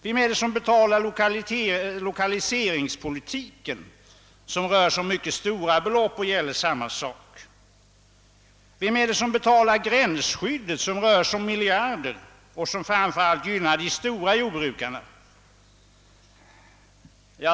Vem är det som betalar lokaliseringspolitiken som kräver mycket stora belopp och gäller samma sak? Vem betalar gränsskyddet som uppgår till miljarder och som framför allt gynnar de stora jordbrukarna?